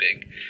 big